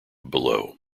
below